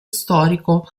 storico